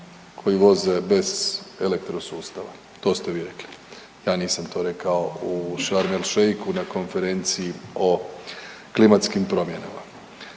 koji voze bez elektrosustava, to ste vi rekli. Ja nisam to rekao u Sharm el-Sheikhu na konferenciji o klimatskim promjenama.